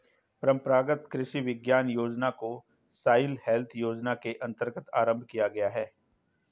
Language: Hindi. परंपरागत कृषि विकास योजना को सॉइल हेल्थ योजना के अंतर्गत आरंभ किया गया है